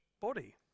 body